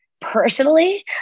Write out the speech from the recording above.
personally